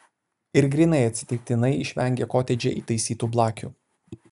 ir grynai atsitiktinai išvengė kotedže įtaisytų blakių